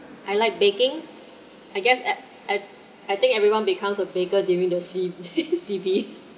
I like baking I guess at at I think everyone becomes a baker during the C C_B